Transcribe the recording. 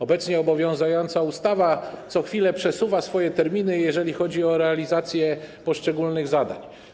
Obecnie obowiązująca ustawa co chwila przesuwa terminy, jeżeli chodzi o realizację poszczególnych zadań.